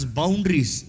boundaries